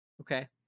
Okay